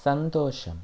സന്തോഷം